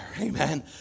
amen